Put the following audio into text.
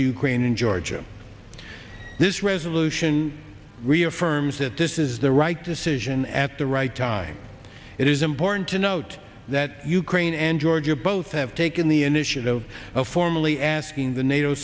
green in georgia this resolution reaffirms that this is the right decision at the right time it is important to note that ukraine and georgia both have taken the initiative of formally asking the nato